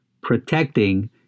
Protecting